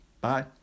Bye